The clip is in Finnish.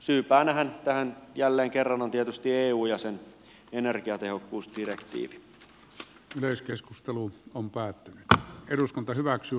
syypäänähän tähän jälleen kerran on tietysti eu ja sen energiatehokkuusdirektiivi